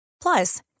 Plus